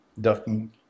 ducking